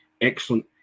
Excellent